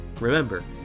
Remember